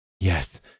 Yes